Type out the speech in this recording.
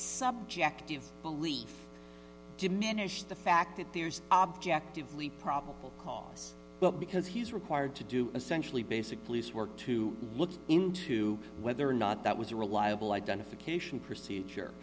subjective belief diminish the fact that there's objectively probable cause but because he is required to do essentially basic police work to look into whether or not that was a reliable identification procedure